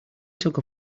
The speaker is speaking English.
took